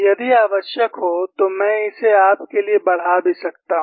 यदि आवश्यक हो तो मैं इसे आपके लिए बढ़ा भी सकता हूं